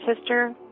sister